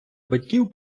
батьків